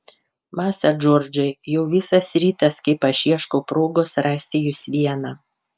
masa džordžai jau visas rytas kaip aš ieškau progos rasti jus vieną